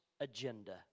agenda